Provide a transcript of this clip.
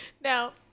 Now